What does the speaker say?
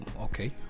okay